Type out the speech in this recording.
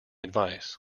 advice